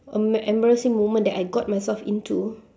an embarrassing moment that I got myself into